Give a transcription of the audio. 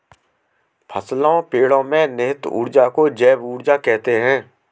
फसलों पेड़ो में निहित ऊर्जा को जैव ऊर्जा कहते हैं